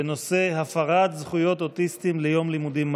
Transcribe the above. בנושא: הפרת זכויות אוטיסטים ליום לימודים מלא.